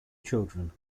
children